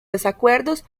desacuerdos